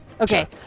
Okay